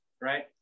right